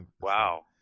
Wow